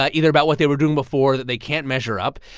ah either about what they were doing before or that they can't measure up.